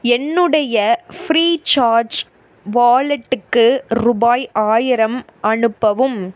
என்னுடைய ஃப்ரீசார்ஜ் வாலெட்டுக்கு ரூபாய் ஆயிரம் அனுப்பவும்